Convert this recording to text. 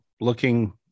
looking